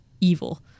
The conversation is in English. evil